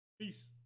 Peace